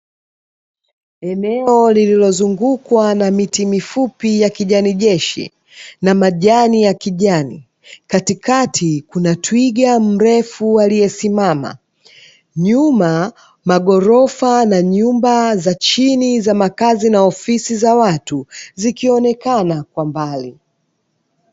Eneo lililozungukwa na miti mifupi ya kijani jeshi na majani ya kijani, katikati kuna twiga mrefu aliyesimama, nyuma maghorofa na nyumba za chini za makazi na ofisi za watu; zikionekana kwa mbali.